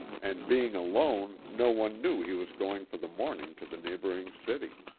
and being alone no one knew he was going for the morning to the neigh boring city.